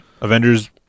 Avengers